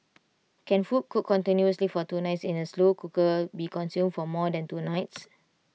can food cooked continuously for two nights in A slow cooker be consumed for more than two nights